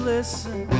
Listen